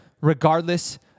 regardless